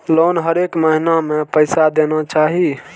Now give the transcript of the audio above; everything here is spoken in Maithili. लोन हरेक महीना में पैसा देना चाहि?